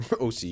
OC